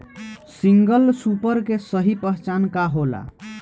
Single super के सही पहचान का होला?